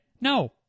No